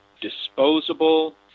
disposable